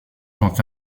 sont